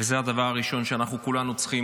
וזה הדבר הראשון שאנחנו כולנו צריכים,